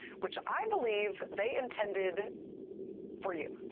which i believe they intended for you.